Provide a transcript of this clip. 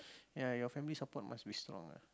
ya your family support must be strong ah